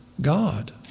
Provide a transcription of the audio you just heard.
God